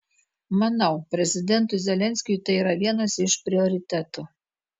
manau prezidentui zelenskiui tai yra vienas iš prioritetų